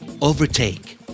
Overtake